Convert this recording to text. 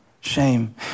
shame